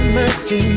mercy